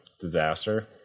disaster